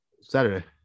saturday